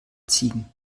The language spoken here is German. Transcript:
ziegen